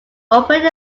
operate